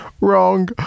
wrong